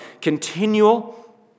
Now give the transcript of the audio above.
Continual